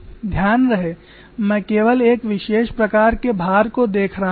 ध्यान रहे मैं केवल एक विशेष प्रकार के भार को देख रहा हूं